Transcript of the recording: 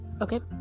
okay